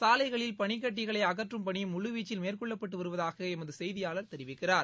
சாலைகளில் பனிக்கட்டிகளை அகற்றும் பணி முழு வீச்சில் மேற்கொள்ளப்பட்டு வருவதாக எமது செய்தியாளர் தெரிவிக்கிறார்